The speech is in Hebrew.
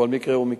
כל מקרה הוא מקרה.